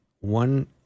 one